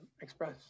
express